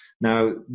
Now